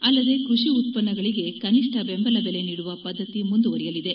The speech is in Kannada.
ಅಲ್ಲದೆ ಕೃಷಿ ಉತ್ಪನ್ನಗಳಿಗೆ ಕನಿಷ್ಠ ಬೆಂಬಲ ಬೆಲೆ ನೀಡುವ ಪದ್ದತಿ ಮುಂದುವರೆಯಲಿದೆ